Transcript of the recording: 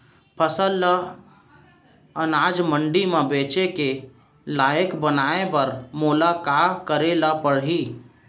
फसल ल अनाज मंडी म बेचे के लायक बनाय बर मोला का करे ल परही?